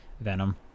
Venom